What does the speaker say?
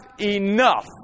enough